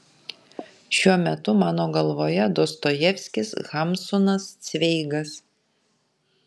šiuo metu mano galvoje dostojevskis hamsunas cveigas